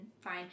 fine